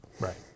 Right